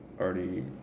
already